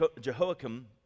Jehoiakim